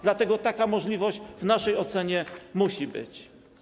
Dlatego taka możliwość w naszej ocenie musi być.